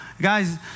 guys